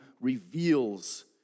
reveals